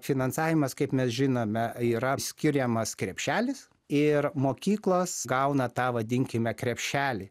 finansavimas kaip mes žinome yra skiriamas krepšelis ir mokyklos gauna tą vadinkime krepšelį